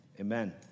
amen